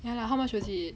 ya lah how much was it